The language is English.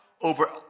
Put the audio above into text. over